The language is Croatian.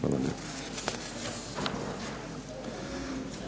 Hvala vam